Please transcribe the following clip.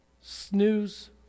Snooze